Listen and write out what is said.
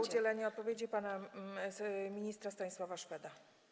O udzielenie odpowiedzi proszę pana ministra Stanisława Szweda.